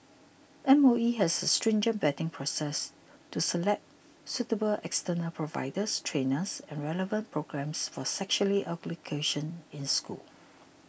M O E has a stringent vetting process to select suitable external providers trainers and relevant programmes for sexuality ugly cation in schools